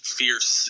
fierce